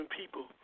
people